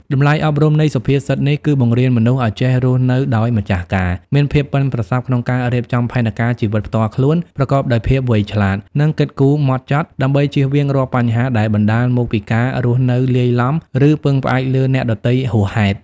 តម្លៃអប់រំនៃសុភាសិតនេះ គឺបង្រៀនមនុស្សឲ្យចេះរស់នៅដោយម្ចាស់ការ មានភាពប៉ិនប្រសប់ក្នុងការរៀបចំផែនការជីវិតផ្ទាល់ខ្លួន ប្រកបដោយភាពវៃឆ្លាត និងគិតគូរហ្មត់ចត់ ដើម្បីចៀសវាងរាល់បញ្ហាដែលបណ្ដាលមកពីការរស់នៅលាយឡំ ឬពឹងផ្អែកលើអ្នកដទៃហួសហេតុ។